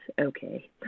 okay